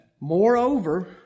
Moreover